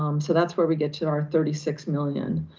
um so that's where we get to our thirty six million